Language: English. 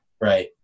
Right